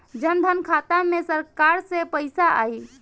जनधन खाता मे सरकार से पैसा आई?